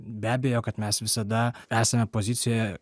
be abejo kad mes visada esame pozicijoje